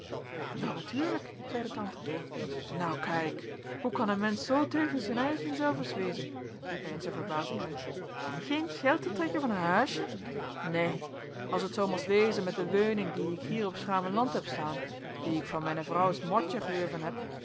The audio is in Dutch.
wel natuurlijk zeide tante nou kaik hoe kan een mensch zoo teugens zen aigen zelvers wezen riep hij in verbazing uit geen geld te trekken van een huisje neen as het zoo most wezen met de weuning die ik hier op s gravenland heb staen die ik van mijne vrouws mortje geürven heb